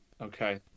Okay